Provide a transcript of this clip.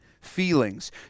feelings